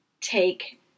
take